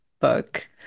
book